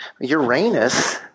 Uranus